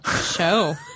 show